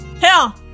Hell